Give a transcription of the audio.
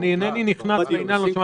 אני אינני נכנס לזה.